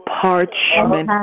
parchment